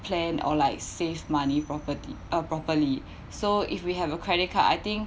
plan or like save money property ah properly so if we have a credit card I think